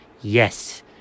Yes